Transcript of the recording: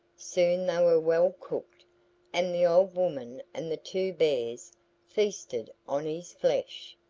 soon they were well cooked and the old woman and the two bears feasted on his flesh.